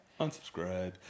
Unsubscribe